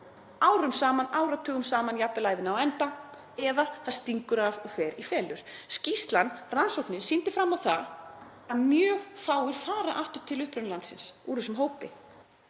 árum saman, áratugum saman, jafnvel ævina á enda eða það stingur af og fer í felur. Rannsóknin sýndi fram á það að mjög fáir fara aftur til upprunalandsins úr þessum hópi.